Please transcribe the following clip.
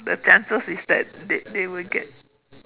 the chances is that they they will get